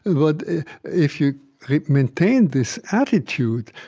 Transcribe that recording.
but if you maintain this attitude,